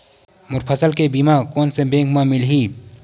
मोर फसल के बीमा कोन से बैंक म मिलही?